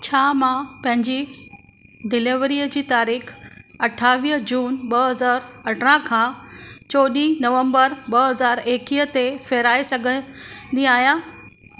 छा मां पंहिंजी डिलीवरीअ जी तारीख़ अठावीह जून ॿ हज़ार अरिड़हं खां चोॾहं नवंबर ॿ हज़ार एकवीह ते फेराए सघनि दी आहियां